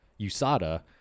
USADA